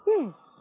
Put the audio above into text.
Yes